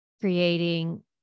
creating